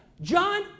John